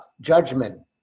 Judgment